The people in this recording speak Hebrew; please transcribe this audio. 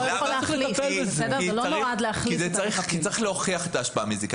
כי צריך להוכיח את ההשפעה המזיקה.